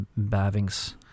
Bavings